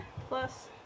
Plus